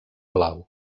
blau